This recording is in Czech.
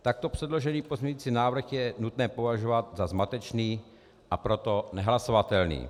Takto předložený pozměňovací návrh je nutné považovat za zmatečný, a proto nehlasovatelný.